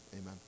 amen